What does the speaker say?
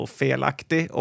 felaktig